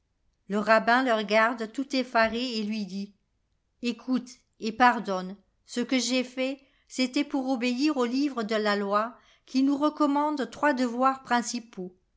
le rabbin le regarde tout effaré et lui dit écoute et pardonne ce que j'ai fait c'était pour obéir au livre de la loi qui nous recommande trois devoirs principaux